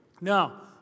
Now